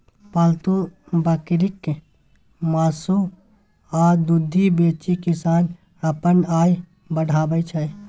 पालतु बकरीक मासु आ दुधि बेचि किसान अपन आय बढ़ाबै छै